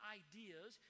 ideas